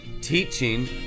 teaching